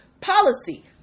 policy